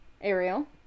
Ariel